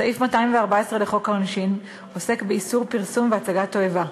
סעיף 214 לחוק העונשין עוסק באיסור פרסום והצגת תועבה.